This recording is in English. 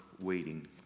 waiting